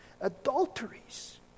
Adulteries